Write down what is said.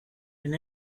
and